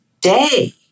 day